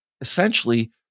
essentially